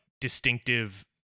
distinctive